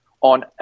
on